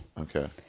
Okay